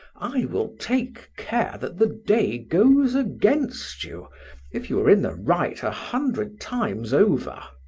i will take care that the day goes against you if you were in the right a hundred times over.